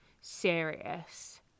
serious